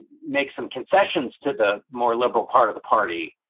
make some concessions to the more liberal part of the party,